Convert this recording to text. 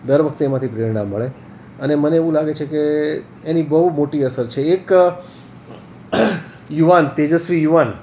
દર વખતે એમાંથી પ્રેરણા મળે અને મને એવું લાગે છે કે એની બહું મોટી અસર છે એક યુવાન તેજસ્વી યુવાન